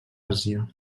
àsia